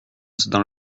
dans